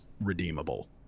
redeemable